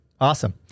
Awesome